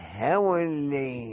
heavenly